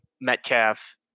Metcalf